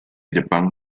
jepang